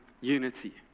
unity